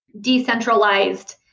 decentralized